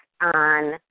on